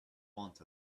want